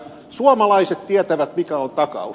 suomalaiset tietävät mikä on takaus